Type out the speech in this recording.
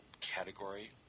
category